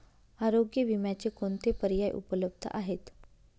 आरोग्य विम्याचे कोणते पर्याय उपलब्ध आहेत?